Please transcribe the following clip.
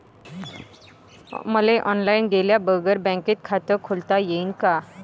मले ऑनलाईन गेल्या बगर बँकेत खात खोलता येईन का?